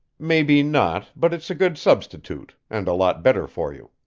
maybe not, but it's a good substitute, and a lot better for you.